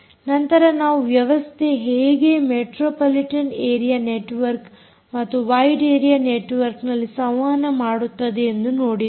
ನಂತರ ನಾವು ವ್ಯವಸ್ಥೆಯು ಹೇಗೆ ಮೆಟ್ರೋಪಾಲಿಟನ್ ಏರಿಯಾ ನೆಟ್ವರ್ಕ್ ಮತ್ತು ವೈಡ್ ಏರಿಯಾ ನೆಟ್ವರ್ಕ್ನಲ್ಲಿ ಸಂವಹನ ಮಾಡುತ್ತದೆ ಎಂದು ನೋಡಿದ್ದೇವೆ